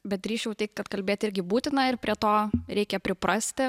bet drįsčiau teigt kad kalbėt irgi būtina ir prie to reikia priprasti